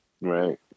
Right